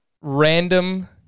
random